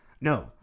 No